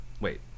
Wait